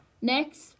next